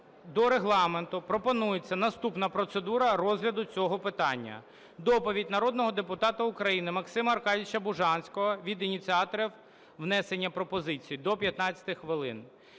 до Регламенту пропонується наступна процедура розгляду цього питання. Доповідь народного депутата України Максима Аркадійовича Бужанського від ініціаторів внесення пропозиції – до 15 хвилин.